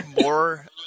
more